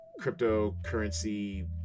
cryptocurrency